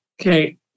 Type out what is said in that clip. Okay